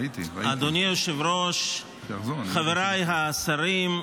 אדוני היושב-ראש, חבריי השרים,